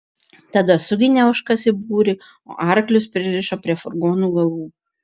tada suginė ožkas į būrį o arklius pririšo prie furgonų galų